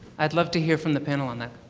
i'd love to hear from the panel on that.